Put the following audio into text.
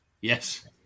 Yes